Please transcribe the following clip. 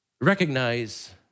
recognize